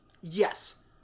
Yes